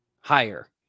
higher